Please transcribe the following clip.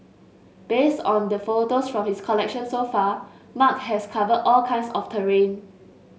based on the photos from his collection so far Mark has covered all kinds of terrain